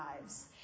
lives